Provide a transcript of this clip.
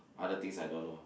other things I don't know